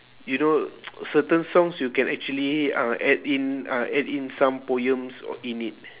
you know certain songs you can actually uh add in uh add in some poems in it